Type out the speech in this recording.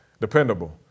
dependable